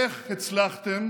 איך הצלחתם